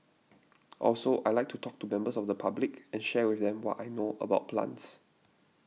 also I like to talk to members of the public and share with them what I know about plants